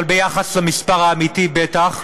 אבל ביחס למספר האמיתי בטח,